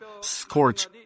scorch